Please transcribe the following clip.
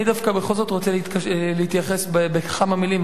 אני דווקא בכל זאת רוצה להתייחס בכמה מלים,